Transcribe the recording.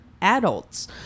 adults